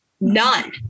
none